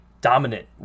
dominant